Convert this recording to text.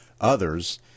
others